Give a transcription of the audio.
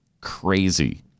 crazy